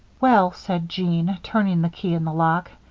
well, said jean, turning the key in the lock,